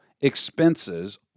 expenses